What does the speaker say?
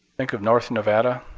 think of north nevada